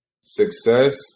Success